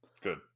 good